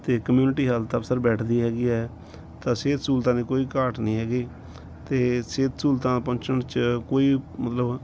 ਅਤੇ community health ਅਫਸਰ ਬੈਠਦੀ ਹੈਗੀ ਹੈ ਤਾਂ ਸਿਹਤ ਸਹੂਲਤਾਂ ਦੀ ਕੋਈ ਘਾਟ ਨਹੀਂ ਹੈਗੀ ਅਤੇ ਸਿਹਤ ਸਹੂਲਤਾਂ ਪਹੁੰਚਣ 'ਚ ਕੋਈ ਮਤਲਬ